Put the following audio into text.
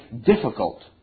difficult